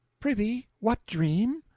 prithee what dream?